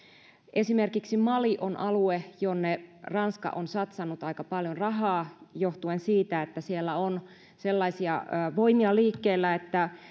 esimerkiksi mali on alue jonne ranska on satsannut aika paljon rahaa johtuen siitä että siellä on sellaisia voimia liikkeellä että